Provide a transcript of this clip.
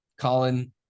colin